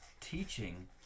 teaching